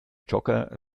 jogger